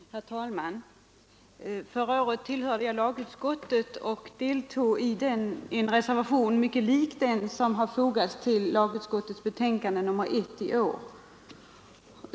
Herr talman! Förra året tillhörde jag lagutskottet och deltog i en reservation mycket lik den som har fogats till lagutskottets betänkande nr 1 i år.